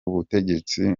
butegetsi